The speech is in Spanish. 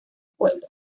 pueblo